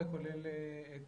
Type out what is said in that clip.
זה כולל את